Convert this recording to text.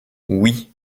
oui